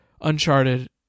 uncharted